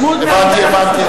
עוד לא הגעתי, שמעתי.